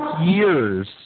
years